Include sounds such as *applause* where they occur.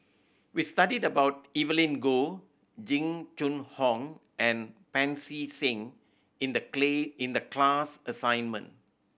we studied about Evelyn Goh Jing Jun Hong and Pancy Seng in the *unintelligible* in the class assignment